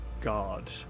god